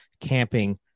camping